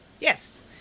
Yes